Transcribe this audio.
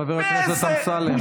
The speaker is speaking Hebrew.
חבר הכנסת אמסלם.